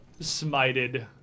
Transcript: smited